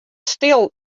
stil